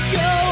go